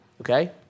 Okay